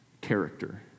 character